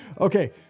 Okay